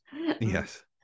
yes